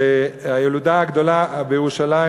הילודה הגדולה בירושלים,